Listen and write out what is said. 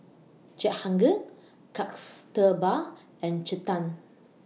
Jehangirr Kasturba and Chetan